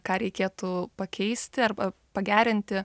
ką reikėtų pakeisti arba pagerinti